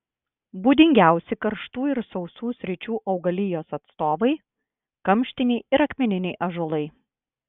būdingiausi karštų ir sausų sričių augalijos atstovai kamštiniai ir akmeniniai ąžuolai